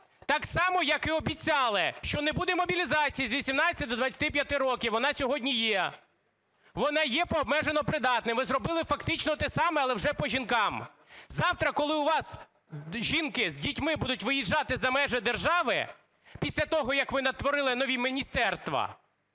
Так само, як і обіцяли, що не буде мобілізації з 18 до 25 років, вона сьогодні є, вона є по обмежено придатним. Ви зробили фактично те саме, але вже по жінках. Завтра, коли у вас жінки з дітьми будуть виїжджати за межі держави після того як ви натворили нові міністерства